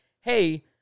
hey